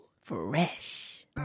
Fresh